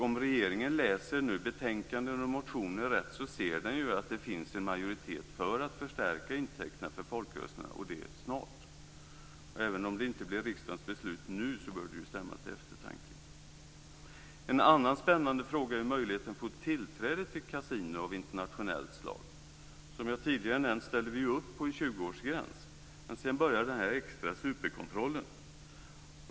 Om regeringen läser betänkanden och motioner rätt ser den att det finns en majoritet för att förstärka intäkterna för folkrörelserna, och det snart. Även om det inte blir riksdagens beslut nu bör det stämma till eftertanke. En annan spännande fråga är möjligheten att få tillträde till ett kasino av internationellt slag. Som jag tidigare nämnt ställer vi upp på en 20-årsgräns, men sedan börjar den extra superkontrollen.